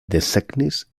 desegnis